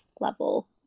level